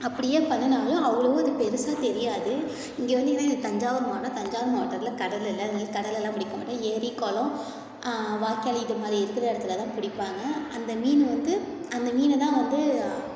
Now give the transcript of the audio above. அப்படியே பண்ணனாலும் அவ்ளோவ அது பெருசாக தெரியாது இங்கே வந்து இது தஞ்சாவூர் மாவட்டம் தஞ்சாவூர் மாவட்டத்தில் கடல் இல்லை அதனால கடல்லலாம் பிடிக்க மாட்டோம் ஏரி குளம் வாய்க்கால் இது மாதிரி இருக்கிற இடத்துல தான் பிடிப்பாங்க அந்த மீன் வந்து அந்த மீன் தான் வந்து